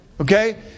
okay